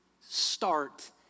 start